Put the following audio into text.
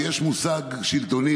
שיש מושג שלטוני,